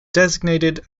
designated